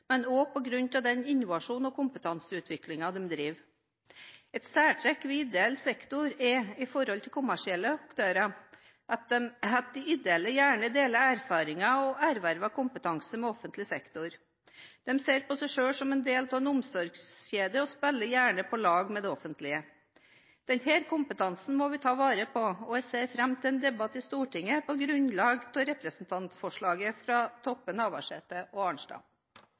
men også på grunn av den innovasjonen og kompetanseutviklingen de driver. Et særtrekk ved ideell sektor i forhold til kommersielle aktører er at de ideelle gjerne deler erfaringer og ervervet kompetanse med offentlig sektor. De ser på seg selv som en del av en omsorgskjede og spiller gjerne på lag med det offentlige. Denne kompetansen må vi ta vare på, og jeg ser fram til en debatt i Stortinget på grunnlag av representantforslaget fra Toppe, Navarsete og Arnstad.